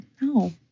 no